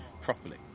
properly